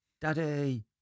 daddy